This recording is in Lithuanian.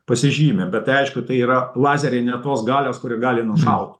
pasižymi bet tai aišku tai yra lazeriai ne tos galios kuri gali nušaut